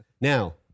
Now